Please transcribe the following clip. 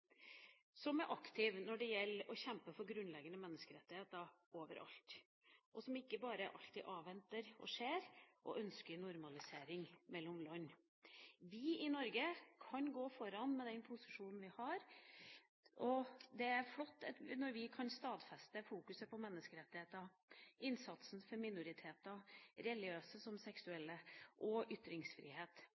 som er aktiv når det gjelder å kjempe for grunnleggende menneskerettigheter overalt, som ønsker normalisering mellom land, og som ikke bare alltid avventer og ser. Norge kan gå foran med den posisjonen vi har. Det er flott når vi kan stadfeste synet på menneskerettigheter, innsatsen for minoriteter – religiøse som seksuelle – og ytringsfrihet,